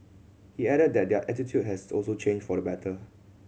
he added that their attitude has also changed for the better